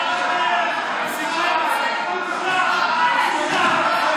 ואני באופן אישי,